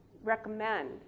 recommend